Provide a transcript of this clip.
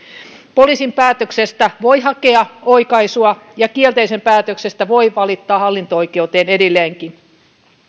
poliisin päätöksestä voi hakea oikaisua ja kielteisestä päätöksestä voi valittaa hallinto oikeuteen edelleenkin